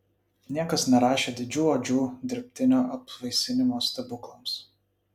niekas nerašė didžių odžių dirbtinio apvaisinimo stebuklams